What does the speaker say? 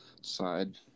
side